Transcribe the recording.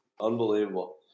unbelievable